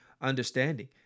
understanding